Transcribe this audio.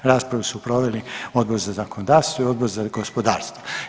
Raspravu su proveli Odbor za zakonodavstvo i Odbor za gospodarstvo.